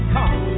Come